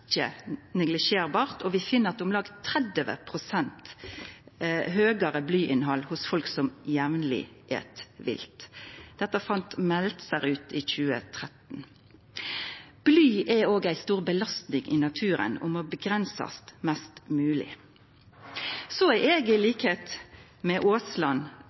og vi finn eit om lag 30 pst. høgare blyinnhald hos folk som jamleg et vilt. Dette fann Helle Margrete Meltzer ut i 2013. Bly er òg ei stor belastning i naturen og må avgrensast mest mogleg. Eg er, til liks med Aasland,